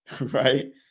right